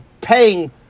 paying